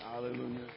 hallelujah